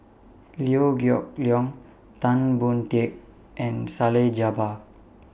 Liew Geok Leong Tan Boon Teik and Salleh Japar